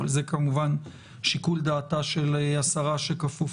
אבל זה כמובן שיקול דעתה של השרה שכפוף